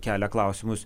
kelia klausimus